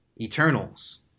eternals